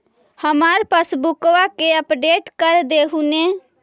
हमार पासबुकवा के अपडेट कर देहु ने?